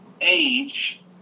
age